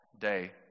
day